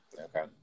Okay